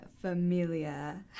Familia